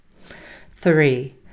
Three